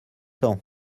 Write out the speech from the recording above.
tant